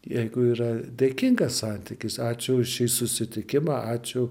jeigu yra dėkingas santykis ačiū už šį susitikimą ačiū